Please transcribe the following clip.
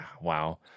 wow